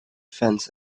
fence